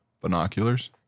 Binoculars